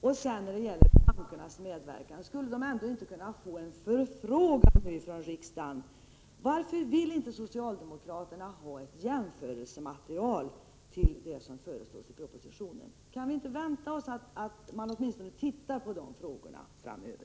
Vad sedan gäller bankernas medverkan vill jag ställa en fråga: Skulle de inte kunna få en förfrågan från riksdagen? Varför vill inte socialdemokraterna ha ett jämförelsematerial till det som föreslås i propositionen? Kan vi inte vänta oss att socialdemokraterna åtminstone funderar på dessa frågor framöver?